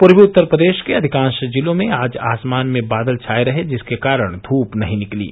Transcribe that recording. पूर्वी उत्तर प्रदेश के अधिकांश जिलों में आज आसमान में बादल छाये रहे जिसके कारण धूप नही निकल सही